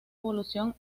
evolución